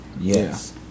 Yes